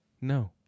No